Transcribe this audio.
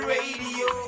Radio